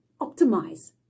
optimize